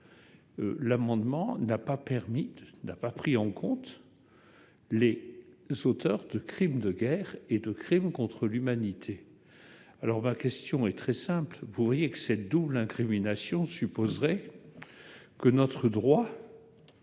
permis, tout n'a pas pris en compte les auteurs de crimes de guerre et de crimes contre l'humanité alors ma question est très simple, vous voyez que cette double incrimination supposerait que notre droit